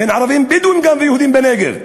בין ערבים-בדואים גם ויהודים בנגב.